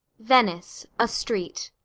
venice. a street.